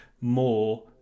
more